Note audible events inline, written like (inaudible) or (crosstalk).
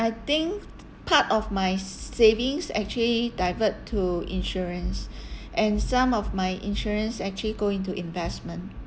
I think part of my s~ savings actually divert to insurance (breath) and some of my insurance actually go into investment